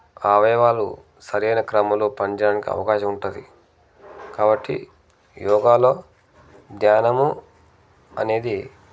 అవయవాలు సరైన క్రమంలో పనిచేయడానికి అవకాశం ఉంటుంది కాబట్టి యోగాలో ధ్యానము అనేది